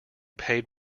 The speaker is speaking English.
paid